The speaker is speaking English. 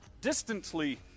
distantly